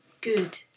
good